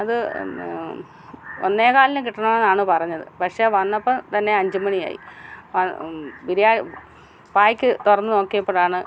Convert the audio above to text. അത് ഒന്നേ കാലിന് കിട്ടണം എന്നാണ് പറഞ്ഞത് പക്ഷെ വന്നപ്പോൾ തന്നെ അഞ്ചു മണിയായി ബിരിയാണി പായ്ക്ക് തുറന്ന് നോക്കിയപ്പോഴാണ്